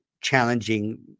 challenging